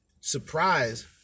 surprise